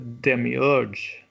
demiurge